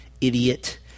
idiot